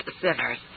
sinners